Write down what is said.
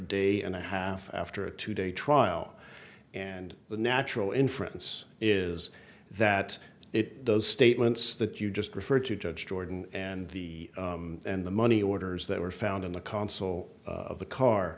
day and a half after a two day trial and the natural inference is that it those statements that you just referred to judge jordan and the and the money orders that were found in the consul of the car